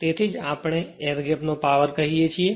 તેથી જ આપણે એર ગેપ નો પાવર કહીએ છીએ